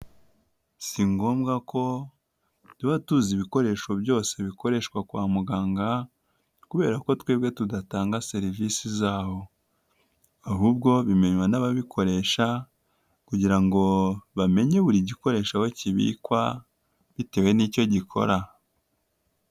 Si ngombwa ko, tuba tuzi ibikoresho byose bikoreshwa kwa muganga, kubera ko twebwe tudatanga serivisi zaho, ahubwo bimenywa n'ababikoresha kugira ngo bamenye buri gikoresho bakibikwa bitewe n'icyo gikora.